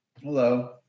Hello